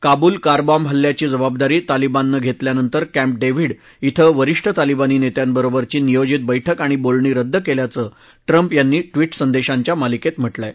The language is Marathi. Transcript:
काबुल कारबाँब हल्ल्याची जबाबदारी तालिबाननं घेतल्यानंतर कॅम्प डेव्हिड इथं वरिष्ठ तालिबानी नेत्यांबरोबरची नियोजित बक्कि आणि बोलणी रद्द केल्याचं ट्रम्प यांनी संदेशांच्या मालिकेत म्हटलं आहे